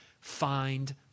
Find